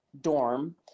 dorm